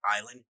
Island